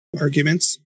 arguments